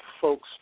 Folks